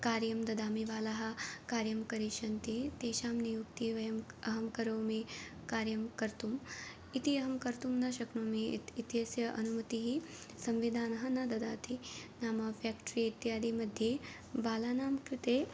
कार्यं ददामि बालाः कार्यं करिष्यन्ति तेषां नियुक्तिः वयम् अहं करोमि कार्यं कर्तुम् इति अहं कर्तुं न शक्नोमि इत् इत्यस्य अनुमतिः संविधानः न ददाति नाम फ़्याक्ट्री इत्यादिमध्ये बालानां कृते